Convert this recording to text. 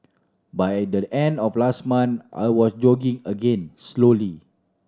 by the end of last month I was jogging again slowly